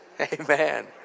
Amen